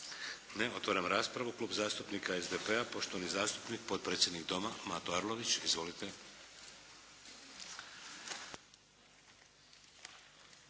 Ne. Otvaram raspravu. Klub zastupnika SDP-a, poštovani zastupnik potpredsjednik Doma Mato Arlović. Izvolite.